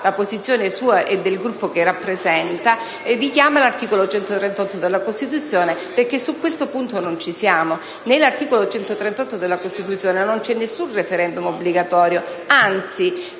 la posizione sua e del Gruppo che rappresenta, richiama l'articolo 138 della Costituzione. Su questo punto non ci siamo. Nell'articolo 138 della Costituzione non c'è nessun *referendum* obbligatorio; anzi,